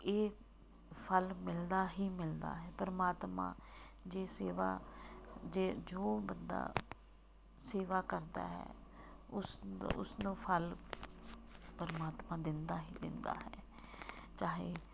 ਇਹ ਫਲ ਮਿਲਦਾ ਹੀ ਮਿਲਦਾ ਹੈ ਪਰਮਾਤਮਾ ਜੇ ਸੇਵਾ ਜੇ ਜੋ ਬੰਦਾ ਸੇਵਾ ਕਰਦਾ ਹੈ ਉਸ ਉਸਨੂੰ ਫਲ ਪਰਮਾਤਮਾ ਦਿੰਦਾ ਹੀ ਦਿੰਦਾ ਹੈ ਚਾਹੇ